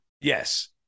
Yes